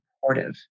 supportive